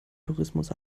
tourismus